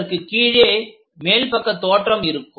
அதற்குக் கீழே மேல் பக்க தோற்றம் இருக்கும்